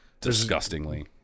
Disgustingly